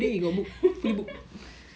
kau kena book in advance